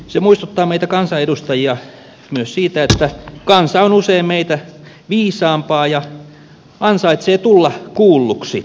se muistuttaa meitä kansanedustajia myös siitä että kansa on usein meitä viisaampaa ja ansaitsee tulla kuulluksi